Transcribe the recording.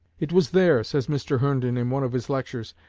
it was there, says mr. herndon in one of his lectures,